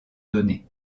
données